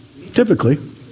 Typically